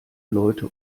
leute